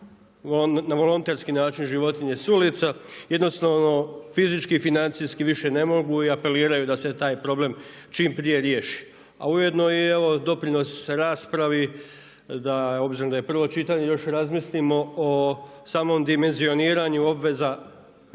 na volonterski način životinje sa ulica. Jednostavno fizički i financijski više ne mogu i apeliraju da se taj problem čim prije riješi. A ujedno i evo doprinos raspravi da, obzirom da je prvo čitanje još razmislimo o samom dimenzioniranju obveza